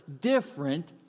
different